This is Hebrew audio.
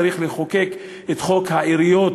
צריך לחוקק את חוק העיריות,